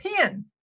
pin